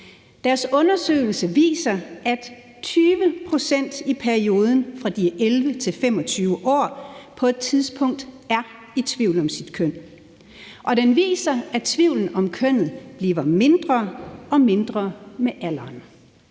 deres undersøgelse viser, at 20 pct. i perioden, fra de er 11 til 25 år, på et tidspunkt er i tvivl om deres køn, og den viser, at tvivlen om kønnet bliver mindre og mindre med alderen.